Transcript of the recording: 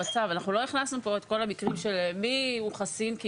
הכנסנו פה את כל המקרים של מי חסין,